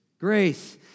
Grace